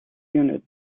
unit